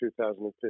2015